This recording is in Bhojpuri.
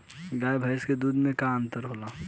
गाय भैंस के दूध में का अन्तर होला?